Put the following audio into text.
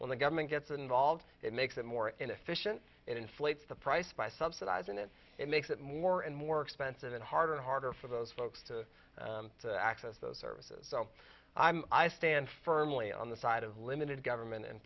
when the government gets involved it makes it more inefficient it inflates the price by subsidizing it it makes it more and more expensive and harder and harder for those folks to access those services so i'm i stand firmly on the side of limited government and